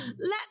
let